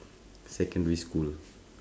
secondary school